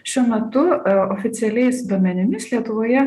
šiuo metu oficialiais duomenimis lietuvoje